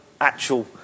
actual